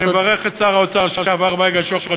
אני מברך את שר האוצר לשעבר בייגה שוחט.